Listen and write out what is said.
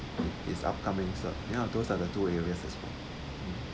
is upcoming up ya those are the two areas as well mm